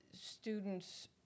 students